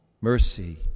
Mercy